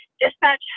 Dispatch